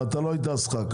לא היית אז חבר כנסת.